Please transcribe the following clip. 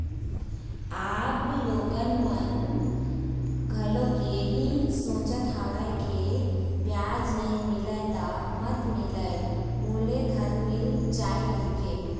अब लोगन मन घलोक इहीं सोचत हवय के बियाज नइ मिलय त मत मिलय मूलेधन मिल जाय कहिके